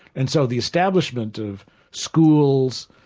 and so the establishment of schools,